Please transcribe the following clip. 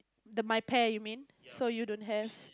the my pair you mean so you don't have